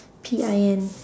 P I N